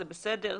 זה בסדר,